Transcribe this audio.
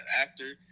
actor